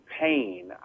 pain